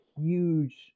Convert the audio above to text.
huge